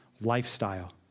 lifestyle